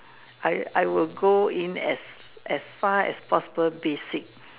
I I would go in as as far as possible be sick